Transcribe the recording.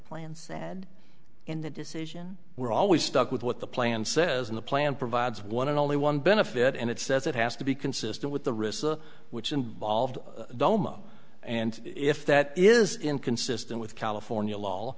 plan said in the decision we're always stuck with what the plan says in the plan provides one and only one benefit and it says it has to be consistent with the ricin which involved doma and if that is inconsistent with california law